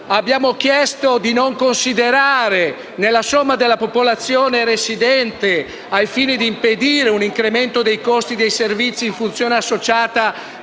Abbiamo chiesto di non considerare, nella somma della popolazione residente - ai fini di impedire un incremento dei costi dei servizi in funzione associata